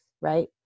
right